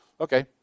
Okay